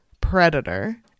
predator